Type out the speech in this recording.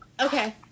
Okay